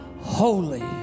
holy